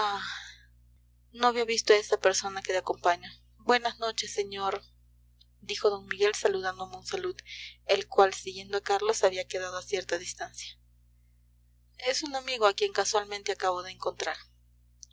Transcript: no había visto a esa persona que te acompaña buenas noches sr dijo d miguel saludando a monsalud el cual siguiendo a carlos había quedado a cierta distancia es un amigo a quien casualmente acabo de encontrar